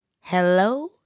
Hello